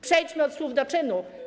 Przejdźmy od słów do czynów.